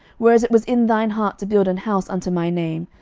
whereas it was in thine heart to build an house unto my name,